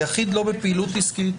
היחיד לא בפעילות עסקית.